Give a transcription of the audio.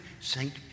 Saint